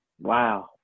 wow